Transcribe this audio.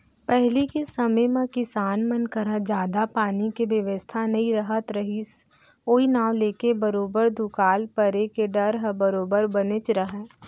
पहिली के समे म किसान मन करा जादा पानी के बेवस्था नइ रहत रहिस ओई नांव लेके बरोबर दुकाल परे के डर ह बरोबर बनेच रहय